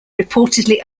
reportedly